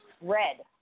Red